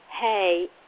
hey